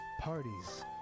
Parties